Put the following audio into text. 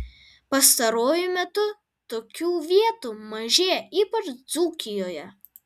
pastaruoju metu tokių vietų mažėja ypač dzūkijoje